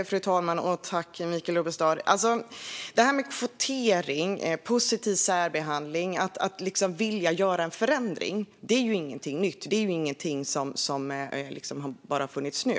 Fru talman! Det här med kvotering, positiv särbehandling och att vilja göra en förändring är ju ingenting nytt - det är ingenting som bara har funnits nu.